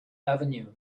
avenue